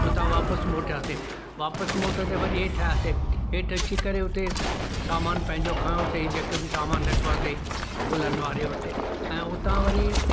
उतां वापिसि मोटियासीं वापिसी मोटिंदे वरी हेठि आयासीं हेठि अची करे उते सामानु पंहिंजो खयोंसीं हीअ जेके बि सामानु रखे हलिया हुआसीं ॻुलनि वारे वटि ऐं उतां वरी